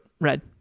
Red